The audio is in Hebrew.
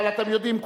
אבל אתם יודעים,